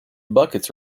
buckets